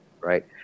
right